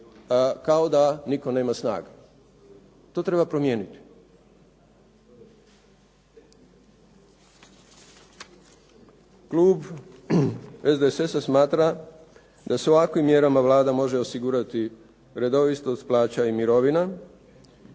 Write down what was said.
kao da nitko nema snage. To treba promijeniti. Klub SDSS-a smatra da sa ovakvim mjerama Vlada može osigurati redovitost plaća i mirovina,